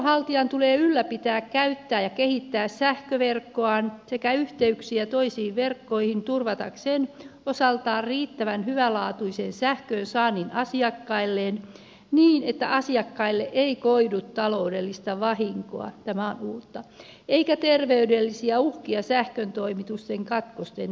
verkonhaltijan tulee ylläpitää käyttää ja kehittää sähköverkkoaan sekä yhteyksiä toisiin verkkoihin turvatakseen osaltaan riittävän hyvälaatuisen sähkön saannin asiakkailleen niin että asiakkaille ei koidu taloudellista vahinkoa tämä on uutta eikä terveydellisiä uhkia sähköntoimitusten katkosten takia